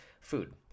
Food